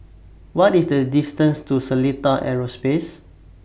What IS The distance to Seletar Aerospace